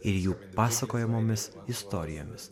ir jų pasakojamomis istorijomis